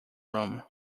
room